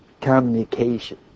communication